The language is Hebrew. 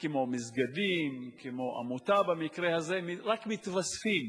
כמו מסגדים, כמו עמותה במקרה הזה, רק מתווספים,